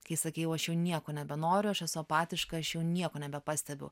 kai sakei jau aš jau nieko nebenoriu aš esu apatiška aš jau nieko nebepastebiu